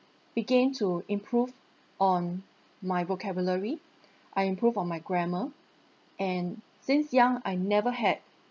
begin to improve on my vocabulary I improve on my grammar and since young I never had